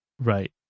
right